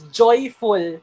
joyful